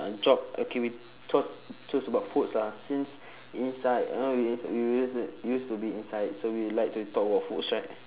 job okay we choose choose about foods ah since inside you know we ins~ we used to used to be inside so we like to talk about foods right